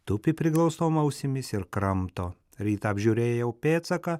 tupi priglaustom ausimis ir kramto rytą apžiūrėjau pėdsaką